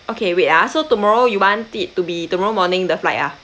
okay wait ah so tomorrow you want it to be tomorrow morning the flight ah